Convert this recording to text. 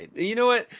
you know what?